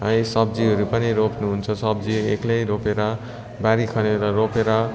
सब्जीहरू पनि रोप्नुहुन्छ सब्जी एक्लै रोपेर बारी खनेर रोपेर